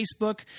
Facebook